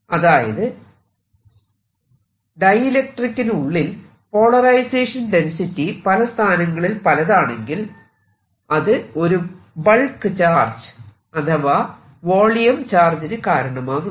അതായത് ഡൈഇലെക്ട്രിക്കലിനുള്ളിൽ polarisation density പല സ്ഥാനങ്ങളിൽ പലതാണെങ്കിൽ അത് ഒരു ബൾക്ക് ചാർജ് അഥവാ വോളിയം ചാർജിനു കാരണമാകുന്നു